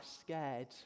scared